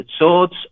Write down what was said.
swords